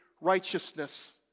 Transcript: righteousness